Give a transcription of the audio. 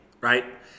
right